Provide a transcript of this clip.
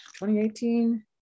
2018